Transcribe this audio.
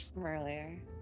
Earlier